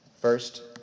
First